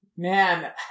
Man